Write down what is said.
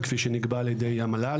וכפי שנקבע על ידי המל"ל.